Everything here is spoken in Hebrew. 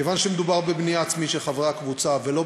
כיוון שמדובר בבנייה עצמית של חברי הקבוצה, ולא